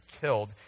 killed—